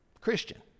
Christian